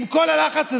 עם כל הלחץ הזה,